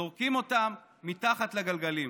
זורקים אותם מתחת לגלגלים.